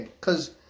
cause